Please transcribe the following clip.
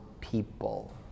people